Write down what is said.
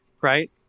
right